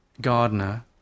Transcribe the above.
gardener